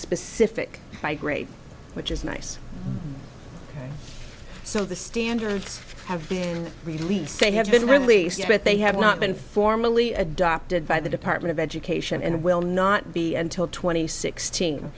specific by grade which is nice so the standards have been released they have been released but they have not been formally adopted by the department of education and will not be until twenty sixte